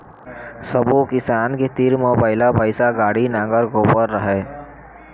सब्बो किसान के तीर म बइला, भइसा, गाड़ी, नांगर, कोपर राहय